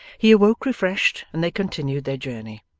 he awoke refreshed, and they continued their journey.